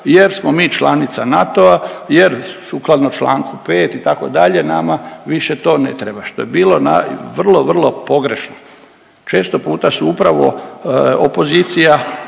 jer smo mi članica NATO-a jer sukladno čl. 5, itd., nama više to ne treba, što je bilo vrlo, vrlo pogrešno. Često puta su upravo opozicija